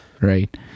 right